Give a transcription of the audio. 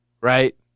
right